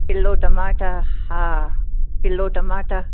kilo टमाटा हा kilo टमाटा